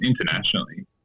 internationally